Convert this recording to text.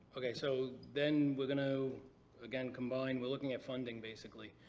okay, so then we're going to again combine. we're looking at funding basically.